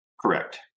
Correct